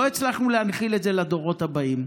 לא הצלחנו להנחיל את זה לדורות הבאים.